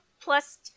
plus